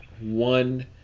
one